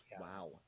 wow